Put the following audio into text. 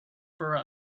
for